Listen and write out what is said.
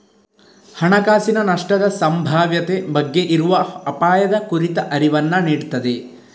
ಹಣಕಾಸಿನ ನಷ್ಟದ ಸಂಭಾವ್ಯತೆ ಬಗ್ಗೆ ಇರುವ ಅಪಾಯದ ಕುರಿತ ಅರಿವನ್ನ ನೀಡ್ತದೆ